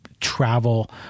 travel